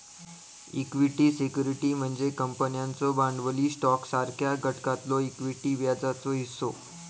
equity security म्हणजे कंपन्यांचो भांडवली स्टॉकसारख्या घटकातलो इक्विटी व्याजाचो हिस्सो